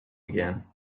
again